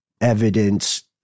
evidence